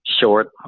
short